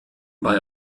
bei